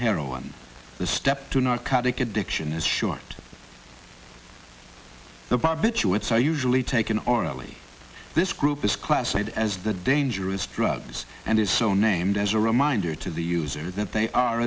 heroin the step to narcotic addiction is short the barbiturates are usually taken orally this group is classified as the dangerous drugs and is so named as a reminder to the user that they are